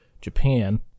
Japan